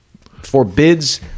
forbids